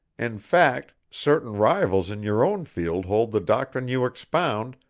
in fact, certain rivals in your own field hold the doctrine you expound,